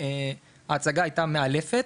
שההצגה הייתה מעלפת